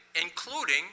including